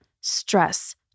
stress